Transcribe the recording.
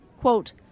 Quote